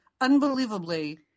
unbelievably